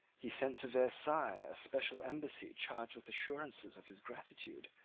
he sent to versailles a special embassy charged with assurances of his gratitude,